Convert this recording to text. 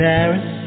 Paris